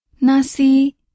Nasi